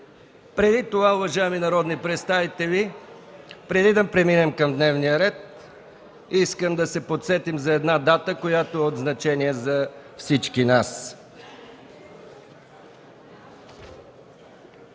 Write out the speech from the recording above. се 1. Уважаеми народни представители, преди да преминем към дневния ред, искам да се подсетим за една дата, която е от значение за всички нас.